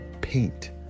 paint